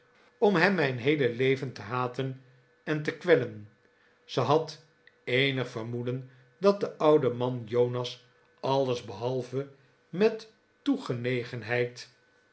om hem mijn heele leven te hamaarten chuzzlewit ten en te kwellen zij had eenig vermoeden dat de oude man jonas alles behalve met